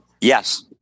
Yes